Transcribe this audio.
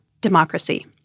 democracy